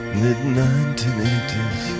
mid-1980s